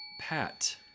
Pat